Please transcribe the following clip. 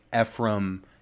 Ephraim